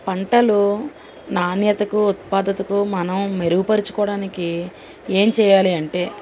పంటలో నాణ్యతకు ఉత్పాదతకు మనం మెరుగుపరచుకోడానికి ఏం చేయాలి అంటే